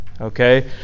Okay